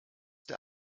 der